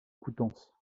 coutances